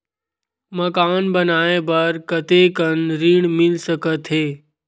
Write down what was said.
मकान बनाये बर कतेकन ऋण मिल सकथे?